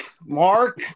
Mark